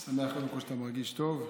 אני שמח קודם כול שאתה מרגיש טוב.